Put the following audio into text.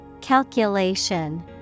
Calculation